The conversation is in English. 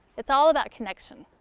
it's all about conncection,